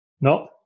No